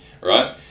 right